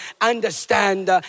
understand